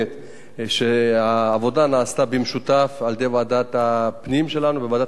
העבודה נעשתה במשותף על-ידי ועדת הפנים שלנו וועדת הכספים,